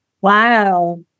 Wow